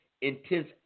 intense